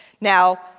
Now